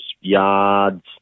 yards